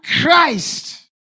Christ